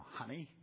honey